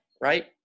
right